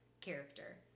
character